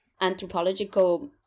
Anthropological